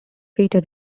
fitted